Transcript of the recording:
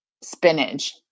spinach